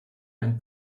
einen